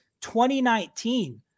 2019